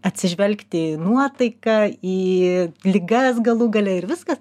atsižvelgti į nuotaiką į ligas galų gale ir viskas